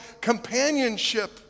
companionship